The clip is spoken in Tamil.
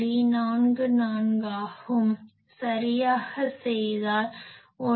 44 ஆகும் சரியாக செய்தால் 1